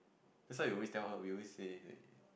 that's why we always tell her we always say